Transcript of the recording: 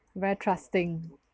very trusting